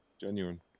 genuine